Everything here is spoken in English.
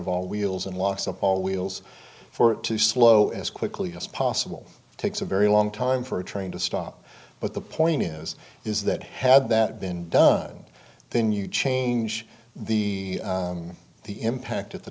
of all wheels and loss of all wheels for it to slow as quickly as possible takes a very long time for a train to stop but the point is is that had that been done then you change the the impact at the